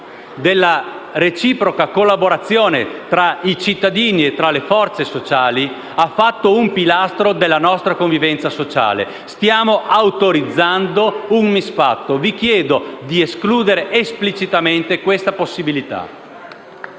della reciproca collaborazione tra i cittadini e le forze sociali ha fatto un pilastro della nostra convivenza sociale. Stiamo autorizzando un misfatto; vi chiedo di escludere esplicitamente questa possibilità.